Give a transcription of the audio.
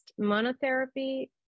monotherapy